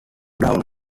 down